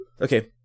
Okay